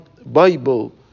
Bible